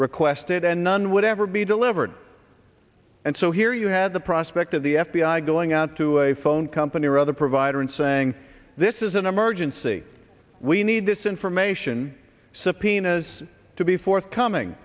requested and none would ever be delivered and so here you had the prospect of the f b i going out to a phone company rather provider and saying this is an emergency we need this information subpoenas to be forthcoming